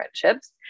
friendships